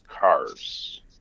cars